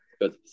good